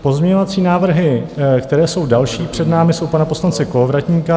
Pozměňovací návrhy, které jsou další před námi, jsou pana poslance Kolovratníka.